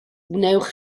wnewch